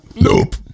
Nope